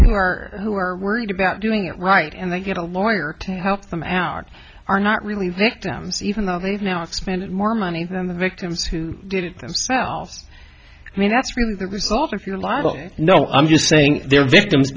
who are who are worried about doing it right and they get a lawyer to help them out are not really victims even though they've now expanded more money than the victims who did it themselves i mean that's really the result of your libel no i'm just saying they're victims